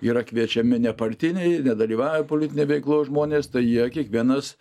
yra kviečiami nepartiniai nedalyvavę politinėj veikloj žmonės tai jie kiekvienas